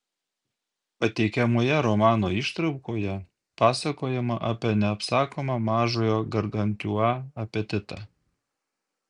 pateikiamoje romano ištraukoje pasakojama apie neapsakomą mažojo gargantiua apetitą